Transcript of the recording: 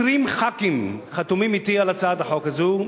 20 חברי כנסת חתומים אתי על הצעת החוק הזאת,